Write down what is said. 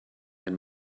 den